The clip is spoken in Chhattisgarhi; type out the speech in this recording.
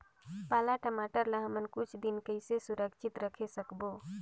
पाला टमाटर ला हमन कुछ दिन कइसे सुरक्षित रखे सकबो?